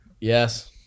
yes